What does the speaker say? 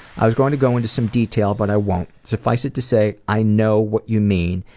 i was going to go into some detail but i won't. suffice it to say i know what you mean,